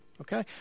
Okay